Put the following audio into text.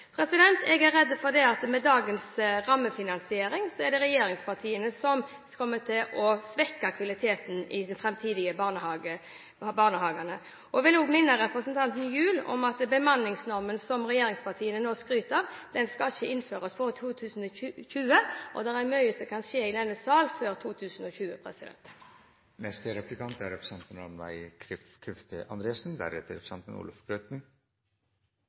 Jeg er redd for at med dagens rammefinansiering er det regjeringspartiene som kommer til å svekke kvaliteten i de framtidige barnehagene. Jeg vil også minne representanten Gjul om at bemanningsnormen som regjeringspartiene nå skryter av, ikke skal innføres før i 2020. Det er mye som kan skje i denne sal før 2020.